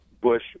Bush